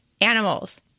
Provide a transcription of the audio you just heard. animals